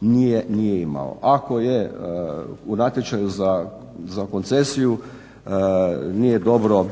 nije imao. Ako u natječaju za koncesiju nije dobro